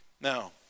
now